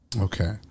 Okay